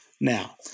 now